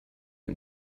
den